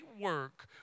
work